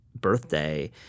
birthday